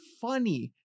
funny